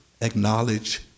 Acknowledge